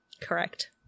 Correct